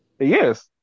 Yes